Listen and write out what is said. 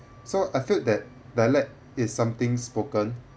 so I feel that dialect is something spoken